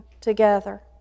together